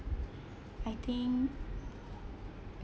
I think